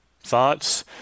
thoughts